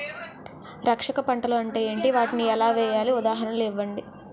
రక్షక పంటలు అంటే ఏంటి? వాటిని ఎలా వేయాలి? ఉదాహరణలు ఇవ్వండి?